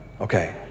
Okay